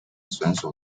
选手